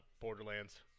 Borderlands